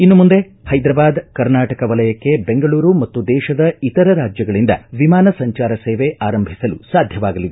ಇನ್ನುಮುಂದೆ ಹೈದ್ರಾಬಾದ್ ಕರ್ನಾಟಕ ವಲಯಕ್ಕೆ ಬೆಂಗಳೂರು ಮತ್ತು ದೇಶದ ಇತರ ರಾಜ್ಯಗಳಿಂದ ವಿಮಾನ ಸಂಜಾರ ಸೇವೆ ಆರಂಭಿಸಲು ಸಾಧ್ಯವಾಗಲಿದೆ